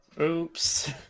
oops